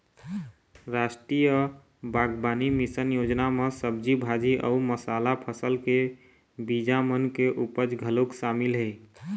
रास्टीय बागबानी मिसन योजना म सब्जी भाजी अउ मसाला फसल के बीजा मन के उपज घलोक सामिल हे